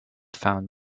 found